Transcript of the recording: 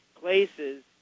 places